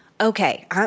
okay